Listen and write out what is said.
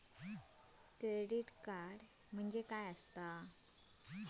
Credit card काय असता?